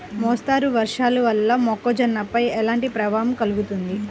మోస్తరు వర్షాలు వల్ల మొక్కజొన్నపై ఎలాంటి ప్రభావం కలుగుతుంది?